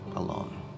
alone